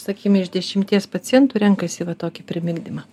sakykime iš dešimties pacientų renkasi va tokį priminimą